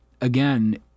again